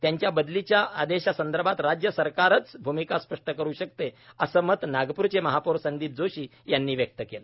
त्यांच्या बदलीच्या आदेशा संदर्भात राज्य सरकारच भूमिका स्पष्ट करु शकते असे मत नागपूरचे महापौर संदीप जोशी यांनी व्यक्त केले